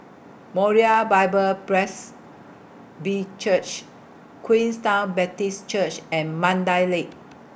Moriah Bible Presby Church Queenstown Baptist Church and Mandai Lake